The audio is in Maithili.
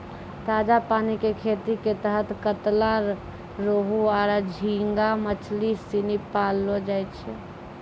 ताजा पानी कॅ खेती के तहत कतला, रोहूआरो झींगा मछली सिनी पाललौ जाय छै